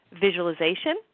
visualization